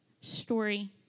story